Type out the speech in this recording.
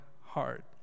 heart